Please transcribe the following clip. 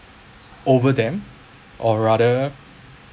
over them or rather